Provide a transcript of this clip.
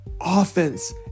offense